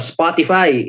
Spotify